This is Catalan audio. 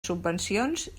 subvencions